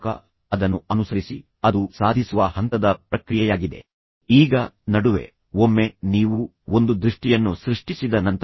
ಆದ್ದರಿಂದ ನೀವು ಅವರನ್ನು ಬಹಳ ಸೌಮ್ಯವಾಗಿ ನಯವಾಗಿ ನಿಲ್ಲಿಸಬೇಕು ಮತ್ತು ನೀವು ಅವರಿಗೆ ಅದನ್ನು ಅರಿತುಕೊಳ್ಳುವಂತೆ ಮಾಡಬೇಕು ನೀವು ಪರಿಹಾರಕ್ಕಾಗಿ ಇದ್ದೀರಿ ಸಮಸ್ಯೆಯನ್ನು ಸೃಷ್ಟಿಸಲು ಅಲ್ಲ